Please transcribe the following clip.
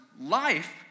life